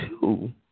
two